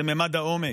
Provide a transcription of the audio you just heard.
הוא ממד העומק,